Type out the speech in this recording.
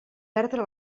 perdre